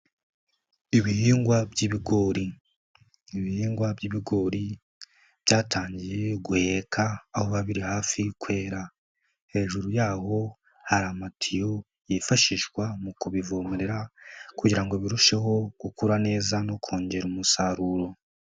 Ibihingwa by'ibigori. Ibihingwa by'ibigori, byatangiye guheka aho biba biri hafi kwera. Hejuru yaho hari amatiyo yifashishwa mu kubivomerera, kugira ngo birusheho, gukura neza no kongera umusaruro.